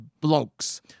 blokes